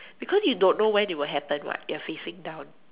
because you don't know when it will happen [what] you're facing down